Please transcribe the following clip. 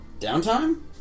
downtime